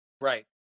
Right